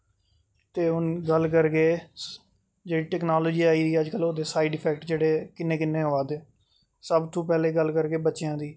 ते हून गल्ल करगे जेह्ड़ी टेक्नोलाॅजी आई दी अज्ज कल ओह्दे साइड इफेक्ट जेह्ड़े कि'न्ने कि'न्ने होवा दे सब तू पैह्लें गल्ल करगे बच्चेआं दी